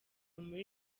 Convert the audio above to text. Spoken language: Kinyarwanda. muri